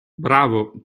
bravo